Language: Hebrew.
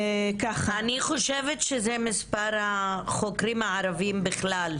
אני חושבת שאלה מספר החוקרים הערביים בכלל,